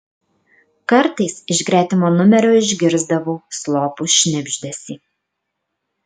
kartais iš gretimo numerio išgirsdavau slopų šnibždesį